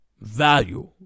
Value